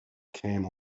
came